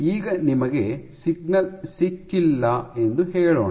ಈಗ ನಿಮಗೆ ಸಿಗ್ನಲ್ ಸಿಕ್ಕಿಲ್ಲ ಎಂದು ಹೇಳೋಣ